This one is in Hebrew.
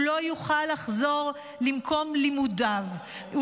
הוא לא יוכל לחזור למקום לימודיו,